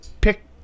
pick